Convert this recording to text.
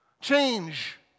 Change